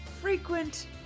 frequent